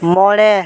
ᱢᱚᱬᱮ